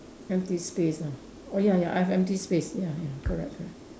empty space ah oh ya ya I have empty space ya ya correct correct